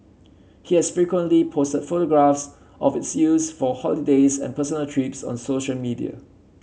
he has frequently posted photographs of its use for holidays and personal trips on social media